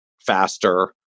faster